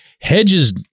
Hedges